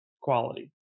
quality